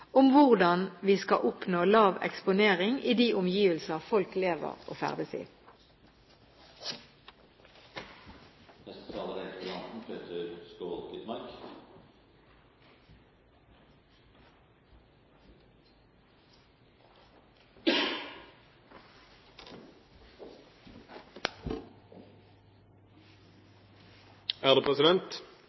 om hvordan vi skal oppnå lav eksponering i de omgivelsene folk lever og ferdes i. I Interphone-sluttrapporten oppsummeres ikke resultater fra tidligere forskning på området, slik det er